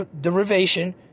derivation